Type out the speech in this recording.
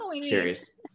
serious